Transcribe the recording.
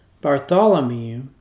Bartholomew